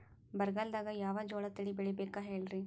ಬರಗಾಲದಾಗ್ ಯಾವ ಜೋಳ ತಳಿ ಬೆಳಿಬೇಕ ಹೇಳ್ರಿ?